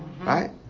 Right